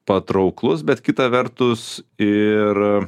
patrauklus bet kita vertus ir